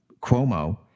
Cuomo